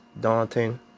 daunting